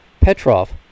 Petrov